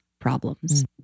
problems